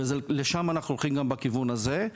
ולשם אנחנו הולכים גם בכיוון הזה.